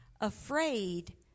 afraid